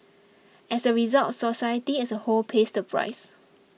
as a result society as a whole pays the price